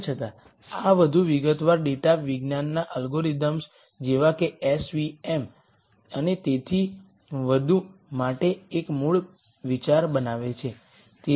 તેમ છતાં આ વધુ વિગતવાર ડેટા વિજ્ઞાનના એલ્ગોરિધમ્સ જેવા કે એસ વી એમ અને તેથી વધુ માટે એક મૂળ વિચાર બનાવે છે